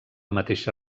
mateixa